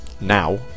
now